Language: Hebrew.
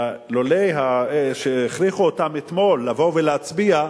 לולא הכריחו אותם אתמול לבוא ולהצביע,